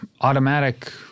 automatic